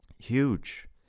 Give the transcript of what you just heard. huge